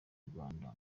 rwanda